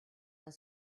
d’un